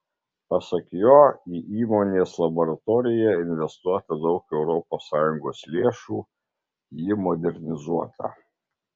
pasak jo į įmonės laboratoriją investuota daug europos sąjungos lėšų ji modernizuota